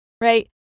right